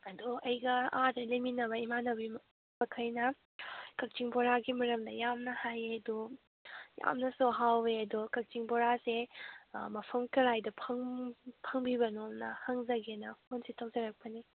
ꯑꯗꯣ ꯑꯩꯒ ꯑꯥꯗ ꯂꯩꯃꯤꯟꯅꯕ ꯏꯃꯥꯟꯅꯕꯤ ꯃꯈꯩꯅ ꯀꯛꯆꯤꯡ ꯕꯣꯔꯥꯒꯤ ꯃꯔꯝꯗ ꯌꯥꯝꯅ ꯍꯥꯏꯑꯦ ꯑꯗꯣ ꯌꯥꯝꯅꯁꯨ ꯍꯥꯎꯑꯦ ꯑꯗꯣ ꯀꯛꯆꯤꯡ ꯕꯣꯔꯥꯁꯦ ꯃꯐꯝ ꯀꯗꯥꯏꯗ ꯐꯪꯕꯤꯕꯅꯣꯅ ꯍꯪꯖꯒꯦꯅ ꯐꯣꯟꯁꯦ ꯇꯧꯖꯔꯛꯄꯅꯤ